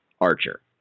archer